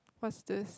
what is this